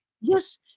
Yes